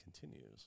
continues